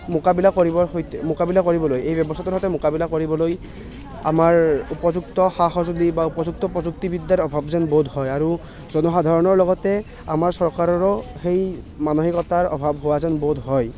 মোকাবিলা কৰিবৰ সৈতে মোকাবিলা কৰিবলৈ এই ব্যৱস্থাটোৰ সৈতে মোকাবিলা কৰিবলৈ আমাৰ উপযুক্ত সা সঁজুলি বা উপযুক্ত প্ৰযুক্তিবিদ্যাৰ অভাৱ যেন বোধ হয় আৰু জনসাধাৰণৰ লগতে আমাৰ চৰকাৰৰো সেই মানসিকতাৰ অভাৱ হোৱা যেন বোধ হয়